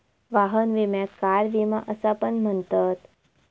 वाहन विम्याक कार विमा असा पण म्हणतत